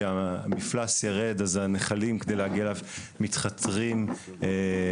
כשמפלס ירד אז הנחלים כדי להגיע אליו מתחתרים בקרקע,